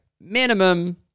minimum